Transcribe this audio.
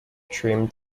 trim